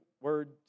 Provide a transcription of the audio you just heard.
word